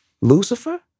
Lucifer